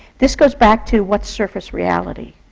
this goes back to what's surface reality?